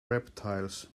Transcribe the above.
reptiles